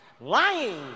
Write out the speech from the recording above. Lying